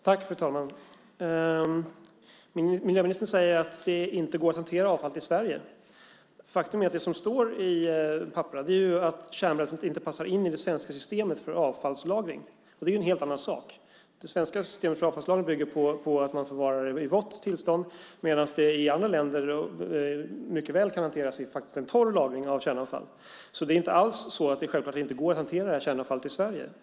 Fru talman! Miljöministern säger att det inte går att hantera avfallet i Sverige. Faktum är att det som står i papperen är att kärnbränslet inte passar in i det svenska systemet för avfallslagring. Det är en helt annan sak. Det svenska systemet för avfallslagring bygger på att man förvarar det i vått tillstånd, medan det i andra länder mycket väl kan vara en torr lagring av kärnavfall. Det är inte alls självklart att det inte går att hantera det här kärnavfallet i Sverige.